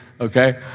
Okay